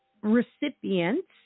recipients